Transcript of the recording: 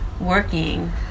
working